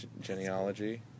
genealogy